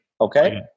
Okay